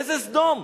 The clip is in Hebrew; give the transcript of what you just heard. איזה סדום?